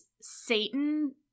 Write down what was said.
Satan